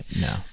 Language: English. No